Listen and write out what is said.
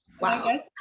Wow